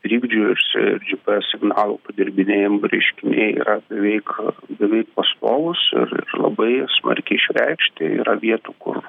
trikdžių ir ir gps signalų padirbinėjimų reiškiniai yra beveik beveik pastovūs ir ir labai smarkiai išreikšti yra vietų kur